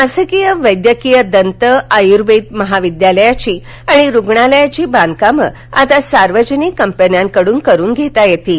शासकीय वैद्यकीय दंत आयूर्वेद महाविद्यालयाची आणि रुग्णालयाची बांधकामं आता सार्वजनिक कंपन्यांकडुन करून घेता येतील